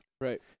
right